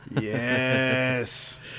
Yes